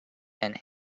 and